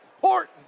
Horton